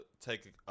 take